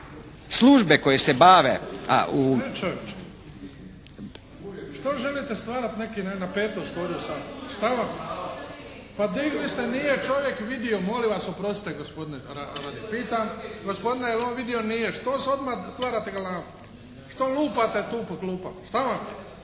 službe koje se bave